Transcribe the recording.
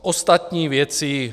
Ostatní věci...